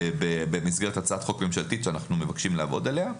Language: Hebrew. במסגרת הצעת חוק ממשלתית שאנחנו מבקשים לעבוד עליה.